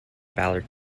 ballard